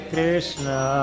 Krishna